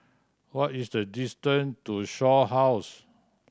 what is the distance to Shaw House